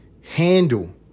handle